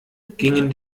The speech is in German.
gingen